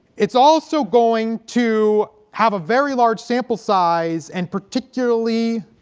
it's also going to have a very large sample size and particularly